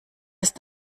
ist